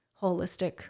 holistic